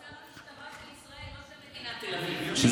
הוא שר המשטרה של ישראל, לא של מדינת תל אביב.